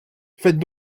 faites